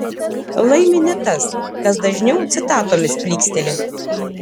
laimi ne tas kas dažniau citatomis plyksteli